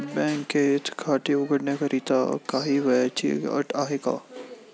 बँकेत खाते उघडण्याकरिता काही वयाची अट आहे का?